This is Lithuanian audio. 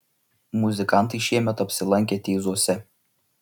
muzikantai šiemet apsilankė teizuose